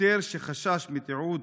שוטר שחשש מתיעוד